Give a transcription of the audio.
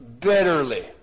bitterly